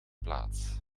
plaats